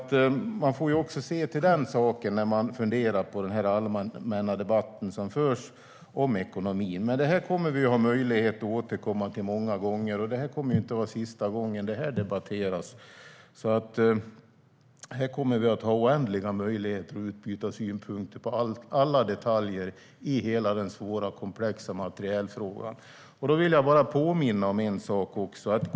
Man får också se till den saken när man funderar på den allmänna debatt som förs om ekonomin. Detta kommer vi att ha möjlighet att återkomma till många gånger. Det här kommer inte att vara sista gången det debatteras. Vi kommer att ha oändliga möjligheter att utbyta synpunkter på alla detaljer i hela den svåra och komplexa materielfrågan. Jag vill bara påminna om en sak.